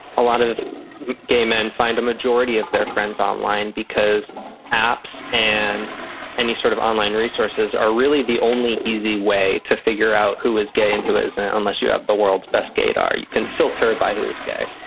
a lot of gay men find a majority of their friends online because apps and any sort of online resources are really the only easy way to figure out who is gay and who isn't. unless you have the world's best gaydar, you can filter by who is gay.